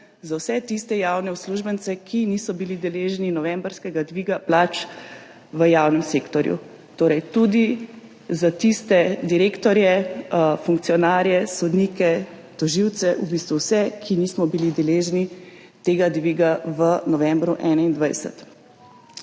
za vse tiste javne uslužbence, ki niso bili deležni novembrskega dviga plač v javnem sektorju, torej tudi za tiste direktorje, funkcionarje, sodnike, tožilce, v bistvu vse, ki nismo bili deležni tega dviga v novembru 2021.